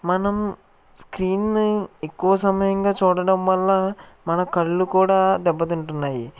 మనం స్క్రీన్ను ఎక్కువ సమయంగా చూడడం వల్ల మన కళ్ళు కూడా దెబ్బతింటున్నాయి